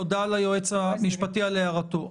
מספר --- תודה ליועץ המשפטי על הערתו.